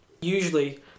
usually